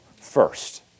first